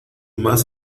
más